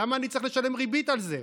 למה אני צריך לשלם ריבית על זה?